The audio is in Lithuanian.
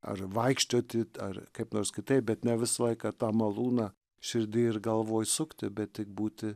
ar vaikščioti ar kaip nors kitaip bet ne visą laiką tą malūną širdy ir galvoj sukti bet tik būti